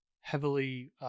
heavily